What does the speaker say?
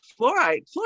fluoride